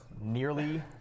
Nearly